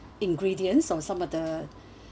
ingredients on some of the